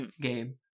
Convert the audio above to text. game